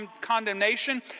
condemnation